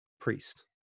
priest